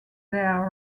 their